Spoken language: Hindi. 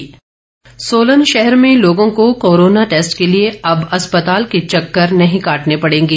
टैस्टिंग सुविधा सोलन शहर में लोगों को कोरोना टैस्ट के लिए अब अस्पताल के चक्कर नहीं काटने पड़ेंगे